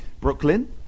brooklyn